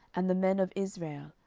and the men of israel,